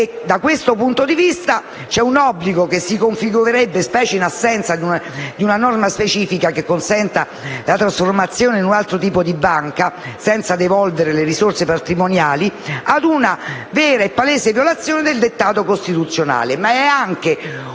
da questo punto di vista c'è un obbligo che si configurerebbe, specie in assenza di una norma specifica che consenta la trasformazione in un altro tipo di banca senza devolvere le risorse patrimoniali, come una vera e palese violazione del dettato costituzionale, nonché